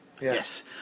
Yes